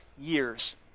years